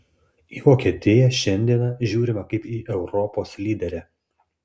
į vokietiją šiandieną žiūrima kaip į europos lyderę